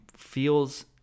Feels